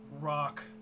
rock